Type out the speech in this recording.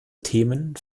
themen